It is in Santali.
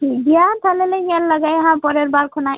ᱦᱩᱭᱩᱜ ᱜᱮᱭᱟ ᱛᱟᱦᱚᱞᱮ ᱞᱮ ᱧᱮᱞ ᱞᱟᱜᱟᱭᱟ ᱯᱚᱨᱮᱨ ᱵᱟᱨ ᱠᱷᱚᱱᱟᱜ